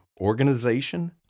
organization